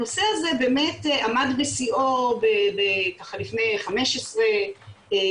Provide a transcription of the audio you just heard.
הנושא הזה באמת עמד בשיאו לפני 15 שנים,